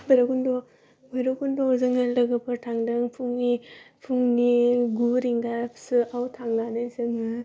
भैरबकुन्द' बैरब खन्द'आव जोङो लोगोफोर थांदों फुंनि फुंनि गु रिंगासोआव थांनानै जोङो